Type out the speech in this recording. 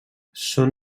són